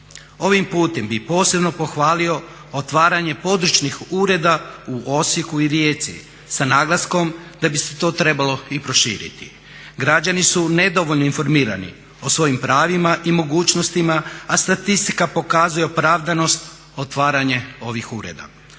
Ovim putem bih posebno pohvalio otvaranje područnih ureda u Osijeku i Rijeci sa naglaskom da bi se to trebalo i proširiti. Građani su nedovoljno informirani o svojim pravima i mogućnostima a statistika pokazuje opravdanost otvaranja ovih ureda.